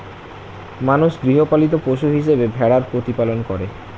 মানুষ গৃহপালিত পশু হিসেবে ভেড়ার প্রতিপালন করে